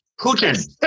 Putin